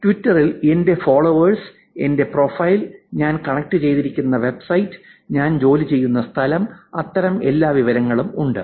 ട്വിറ്ററിൽ എന്റെ ഫോളോവേഴ്സ് എന്റെ പ്രൊഫൈൽ ഞാൻ കണക്ട് ചെയ്തിരിക്കുന്ന വെബ്സൈറ്റ് ഞാൻ ജോലി ചെയ്യുന്ന സ്ഥലം അത്തരം എല്ലാ വിവരങ്ങളും ഉണ്ട്